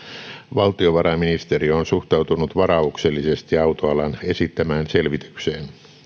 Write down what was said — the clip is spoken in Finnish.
valtiovarainministeriö on suhtautunut varauksellisesti autoalan esittämään selvitykseen